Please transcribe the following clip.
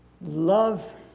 Love